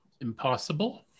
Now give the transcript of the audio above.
Impossible